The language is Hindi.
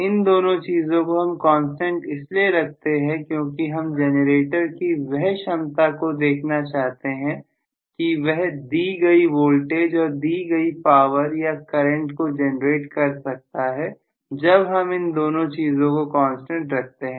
इन दोनों चीजों को हम कांस्टेंट इसलिए रखते हैं क्योंकि हम जनरेटर की वह क्षमता को देखना चाहते हैं कि वह दी गई वोल्टेज और दी गई पावर या करंट को जनरेट कर सकता है जब हम इन दोनों चीजों को कांस्टेंट रखते हैं